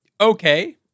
okay